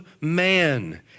man